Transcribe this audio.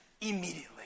immediately